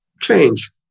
Change